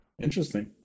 Interesting